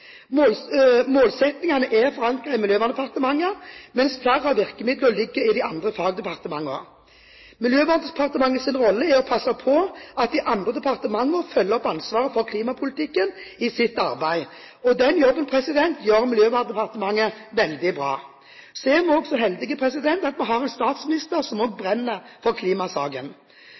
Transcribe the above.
arbeidsområde. Målsettingene er forankret i Miljøverndepartementet, mens flere av virkemidlene ligger i andre fagdepartementer. Miljøverndepartementets rolle er å passe på at de andre departementene følger opp ansvaret for klimapolitikken i sitt arbeid. Den jobben gjør Miljøverndepartementet veldig bra. Så er vi også så heldige som har en statsminister som brenner for klimasaken.